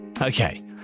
Okay